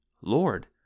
Lord